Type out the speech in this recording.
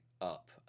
up